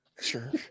sure